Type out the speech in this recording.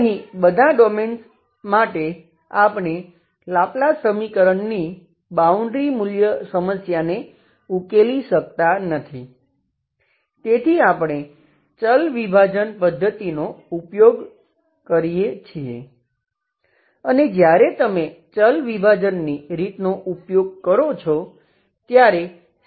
અહીં બધા ડોમેઈન્સ હોવી જોઈએ